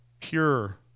pure